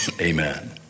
amen